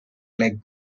plague